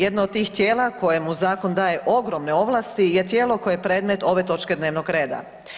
Jedno od tih tijela kojemu zakon daje ogromne ovlasti je tijelo koje je predmete ove točke dnevnog reda.